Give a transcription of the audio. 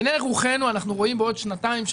בעיני רוחנו אנחנו רואים בעוד שנתיים,